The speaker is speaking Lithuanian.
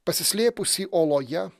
pasislėpusį oloje